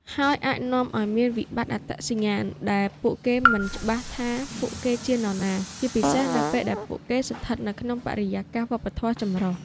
ហើយអាចនាំឱ្យមានវិបត្តិអត្តសញ្ញាណ ដែលពួកគេមិនច្បាស់ថាពួកគេជានរណា ជាពិសេសនៅពេលដែលពួកគេស្ថិតនៅក្នុងបរិយាកាសវប្បធម៌ចម្រុះ។